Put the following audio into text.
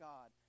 God